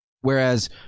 Whereas